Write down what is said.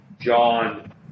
John